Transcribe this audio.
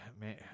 man